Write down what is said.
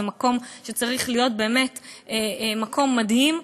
זה מקום שצריך להיות באמת מקום מדהים,